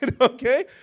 Okay